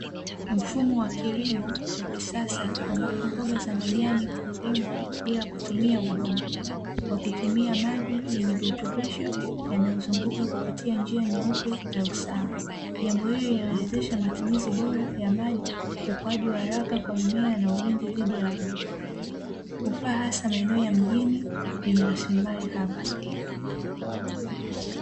Mfumo wa kilimo cha kisasa ambapo mboga za majani hulimwa bila kutumia udongo, kwa kutumia maji yenye virutubisho yanayozunguka kupitia njia nyeupe za usawa. Jambo hili linawezesha matumizi bora ya maji, ukuaji haraka kwa mimea na ulinzi dhidi ya wadudu. Hufaa hasa maeneo ya mjini yenye rasilimali haba.